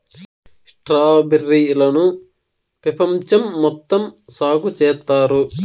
strawberry లను పెపంచం మొత్తం సాగు చేత్తారు